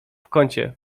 kącie